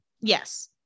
Yes